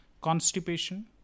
constipation